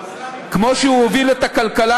שכמו שהוא הוביל את הכלכלה,